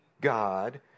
God